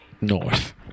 North